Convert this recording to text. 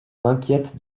m’inquiète